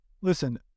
Listen